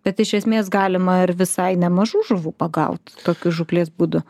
bet iš esmės galima ir visai nemažų žuvų pagaut tokiu žūklės būdu